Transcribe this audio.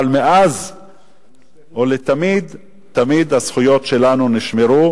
אבל מאז ומתמיד הזכויות שלנו נשמרו